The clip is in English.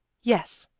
yes,